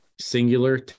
singular